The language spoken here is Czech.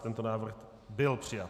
Tento návrh byl přijat.